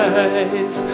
eyes